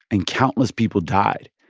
and countless people died.